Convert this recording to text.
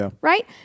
right